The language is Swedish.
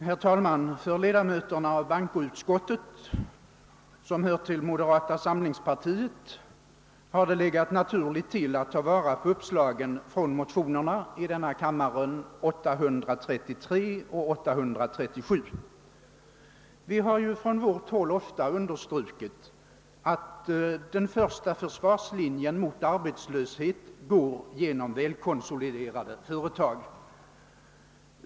Herr talman! För de ledamöter i bankoutskottet som tillhör moderata sämlingspartiet har det varit naturligt att ta vara på uppslagen i motionsparen I: 730 och II: 837 samt I: 732 och II: 833. Vi har från vårt håll ofta understrukit att den första försvarslinjen mot arbetslöshet utgörs av 'välkonsoliderade företag.